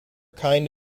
kind